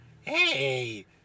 Hey